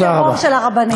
בטרור של הרבנים.